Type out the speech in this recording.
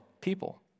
people